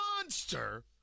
monster